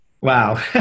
Wow